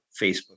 Facebook